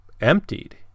Emptied